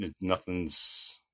Nothing's